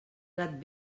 gat